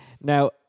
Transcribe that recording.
Now